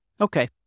Okay